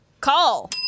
call